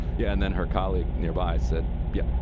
yeah. and then her colleague nearby said, yeah,